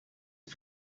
are